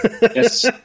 Yes